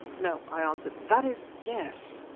no, i answered that is, yes,